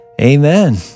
amen